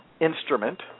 instrument